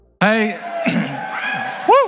Hey